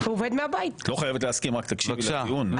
את לא חייבת להסכים, רק תקשיבי לטיעון.